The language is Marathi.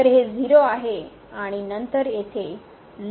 तर हे 0 आहे आणि नंतर येथे ln आहे